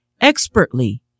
expertly